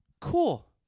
cool